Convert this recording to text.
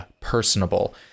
personable